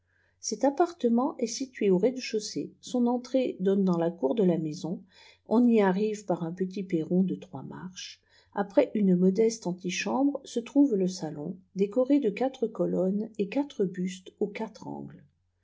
cet appartenaent est sit ié au rea de dhaussée son entrée donne dans la cour de la ma mna ott y dmihb par un petu perrqn de trois manches après nnii lodeste anliobwnbre se trouve le salon décavé de quatre eobanes et quatm btotes ux liijtre angles